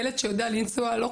ילד שיודע לנסוע הלוך,